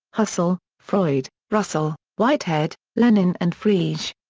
husserl, freud, russell, whitehead, lenin and frege.